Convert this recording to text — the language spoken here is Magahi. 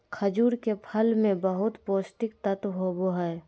खजूर के फल मे बहुत पोष्टिक तत्व होबो हइ